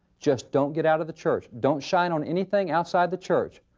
just don't get out of the church. don't shine on anything outside the church.